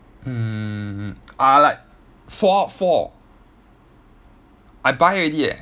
mm ah like fallout four I buy already eh